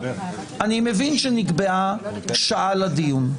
אני מבין שנקבעה שעה לדיון.